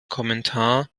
kommentar